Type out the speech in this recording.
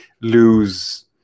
lose